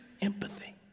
Empathy